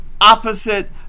opposite